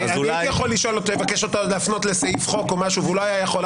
אני הייתי מבקש אותו להפנות לסעיף חוק או משהו והוא לא יכול,